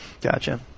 Gotcha